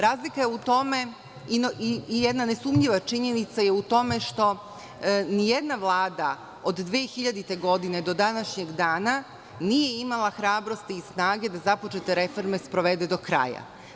Razlika je u tome i jedna nesumnjiva činjenica je u tome što ni jedna vlada od 2000. godine do današnjeg dana nije imala hrabrosti i snage da započete reforme sprovede do kraja.